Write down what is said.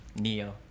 Neo